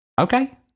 Okay